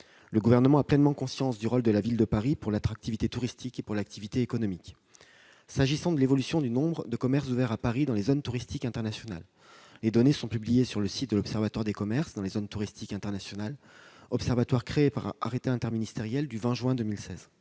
Le Gouvernement a pleinement conscience du rôle de la ville de Paris pour l'attractivité touristique et l'activité économique. S'agissant de l'évolution du nombre de commerces ouverts à Paris le dimanche dans les zones touristiques internationales, les données sont publiées sur le site de l'observatoire des commerces dans les zones touristiques internationales, créé par arrêté interministériel du 20 juin 2016.